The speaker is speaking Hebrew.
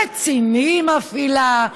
רציני היא מפעילה.